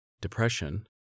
depression